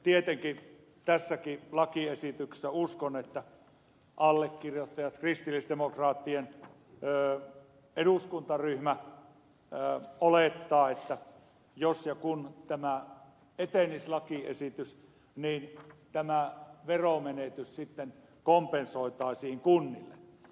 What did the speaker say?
tietenkin tässäkin lakiesityksessä uskon että allekirjoittajat kristillisdemokraattien eduskuntaryhmä olettavat että jos ja kun tämä lakiesitys etenisi niin tämä veromenetys sitten kompensoitaisiin kunnille